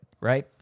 Right